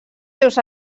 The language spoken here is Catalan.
seus